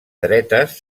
dretes